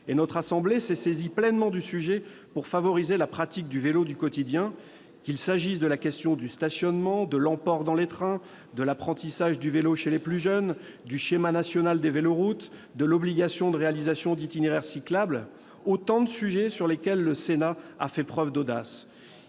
Notre assemblée s'est pleinement saisie du sujet pour favoriser la pratique du vélo du quotidien, qu'il s'agisse du stationnement, de l'emport dans les trains, de l'apprentissage du vélo chez les plus jeunes, du schéma national des véloroutes ou de l'obligation de réaliser des itinéraires cyclables. Ce sont là autant de sujets sur lesquels le Sénat a fait preuve d'audace.